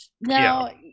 Now